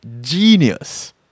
genius